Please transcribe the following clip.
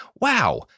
Wow